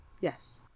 Yes